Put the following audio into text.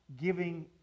giving